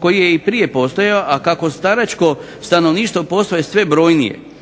koji je i prije postojao, a kako staračko stanovništvo postaje sve brojnije